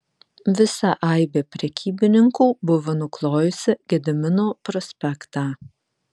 visa aibė prekybininkų buvo nuklojusi gedimino prospektą